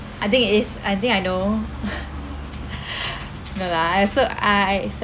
I think it is I think I know no lah I also I also